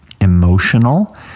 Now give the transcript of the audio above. emotional